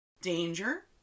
Danger